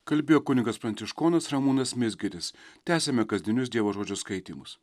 kalbėjo kunigas pranciškonas ramūnas mizgiris tęsiame kasdienius dievo žodžio skaitymus